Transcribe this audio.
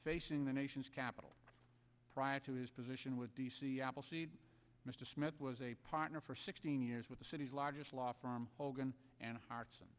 facing the nation's capital prior to his position with d c appleseed mr smith was a partner for sixteen years with the city's largest law firm hogan and harts